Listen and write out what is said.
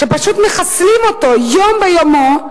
שפשוט מחסלים אותו מדי יום ביומו,